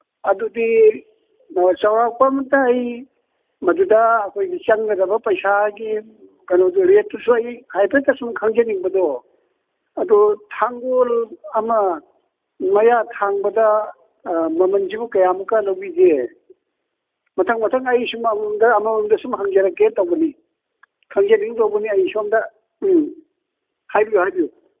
ꯑꯗꯨꯗꯤ ꯑꯣ ꯆꯥꯎꯔꯥꯛꯄ ꯑꯃꯠꯇ ꯑꯩ ꯃꯗꯨꯗ ꯑꯩꯈꯣꯏꯒꯤ ꯆꯪꯒꯗꯕ ꯄꯩꯁꯥꯒꯤ ꯀꯩꯅꯣꯗꯣ ꯔꯦꯠꯇꯨꯁꯨ ꯑꯩ ꯍꯥꯏꯐꯦꯠꯇ ꯁꯨꯝ ꯈꯪꯖꯅꯤꯡꯕꯗꯣ ꯑꯗꯣ ꯊꯥꯡꯒꯣꯜ ꯑꯃ ꯃꯌꯥ ꯊꯥꯡꯕꯗ ꯃꯃꯟꯁꯤꯕꯨ ꯀꯌꯥꯃꯨꯛꯀ ꯂꯧꯕꯤꯕꯒꯦ ꯃꯊꯪ ꯃꯊꯪ ꯑꯩ ꯑꯃꯃꯝꯗ ꯁꯨꯝ ꯍꯪꯖꯔꯛꯀꯦ ꯇꯧꯕꯅꯤ ꯈꯪꯖꯅꯤꯡꯗꯅ ꯇꯧꯕꯅꯤ ꯑꯩ ꯁꯣꯝꯗ ꯎꯝ ꯍꯥꯏꯕꯤꯌꯨ ꯍꯥꯏꯕꯤꯌꯨ